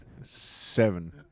seven